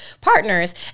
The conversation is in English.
partners